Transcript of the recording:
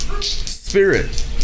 spirit